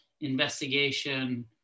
investigation